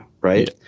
right